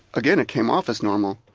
again, it came off as normal.